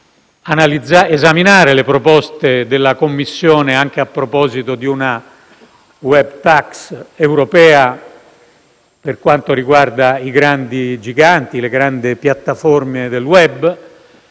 esaminare le proposte della Commissione anche a proposito di una *web tax* europea per quanto riguarda i grandi giganti e le grandi piattaforme del *web*.